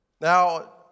Now